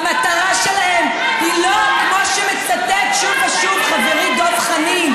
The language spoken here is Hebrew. המטרה שלהם היא לא כמו שמצטט שוב ושוב חברי דב חנין,